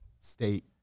state